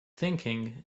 thinking